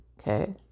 Okay